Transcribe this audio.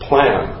plan